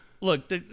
look